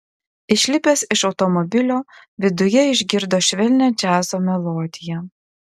išlipęs iš automobilio viduje išgirdo švelnią džiazo melodiją